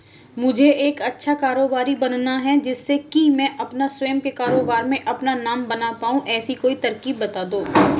मुझे एक अच्छा कारोबारी बनना है जिससे कि मैं अपना स्वयं के कारोबार में अपना नाम बना पाऊं ऐसी कोई तरकीब पता दो?